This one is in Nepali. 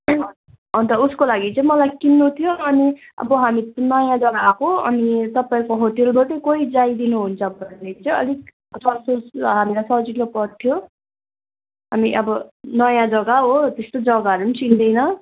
अन्त उसको लागि चाहिँ मलाई किन्नु थियो अनि अब हामी त नयाँ जग्गा आएको अनि तपाईँको होटेलबाटै कोही जाइदिनु हुन्छ भने चाहिँ अलिक हामीलाई सजिलो पर्थ्यो अनि अब नयाँ जगा हो त्यस्तो जग्गाहरू पनि चिन्दैन